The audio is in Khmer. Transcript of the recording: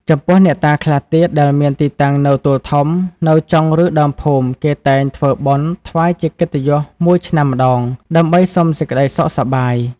ចំពោះ អ្នកតាខ្លះទៀត ដែលមានទីតាំងនៅទួលធំ នៅចុងឬដើមភូមិ គេតែងធ្វើបុណ្យ ថ្វាយជាកិត្តិយសមួយឆ្នាំម្តង ដើម្បីសុំសេចក្តីសុខសប្បាយ។